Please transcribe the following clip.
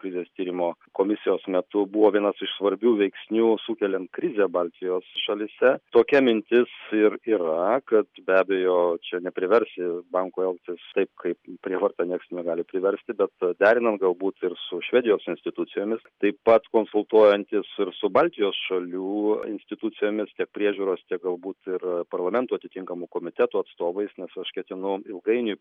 krizės tyrimo komisijos metu buvo vienas iš svarbių veiksnių sukeliant krizę baltijos šalyse tokia mintis ir yra kad be abejo čia nepriversi banko elgtis taip kaip prievarta nieks negali priversti bet derinant galbūt ir su švedijos institucijomis taip pat konsultuojantis ir su baltijos šalių institucijomis tiek priežiūros tiek galbūt ir parlamento atitinkamų komitetų atstovais nes aš ketinau ilgainiui